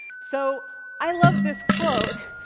so i love this quote.